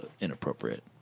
inappropriate